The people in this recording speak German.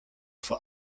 vor